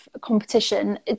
competition